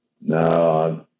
No